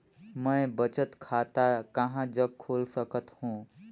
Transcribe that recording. मैं बचत खाता कहां जग खोल सकत हों?